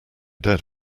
dead